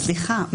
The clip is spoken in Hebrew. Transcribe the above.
סליחה על השאלה.